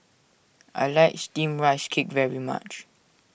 I like Steamed Rice Cake very much